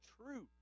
truth